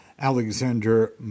Alexander